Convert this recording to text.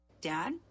Dad